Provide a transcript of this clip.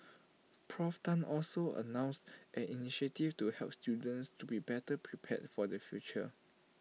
Prof Tan also announced an initiative to help students to be better prepared for the future